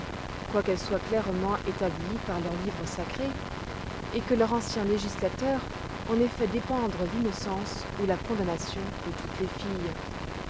quoiqu'elles soient clairement établies par leurs livres sacrés et que leur ancien législateur en ait fait dépendre l'innocence ou la condamnation de toutes les filles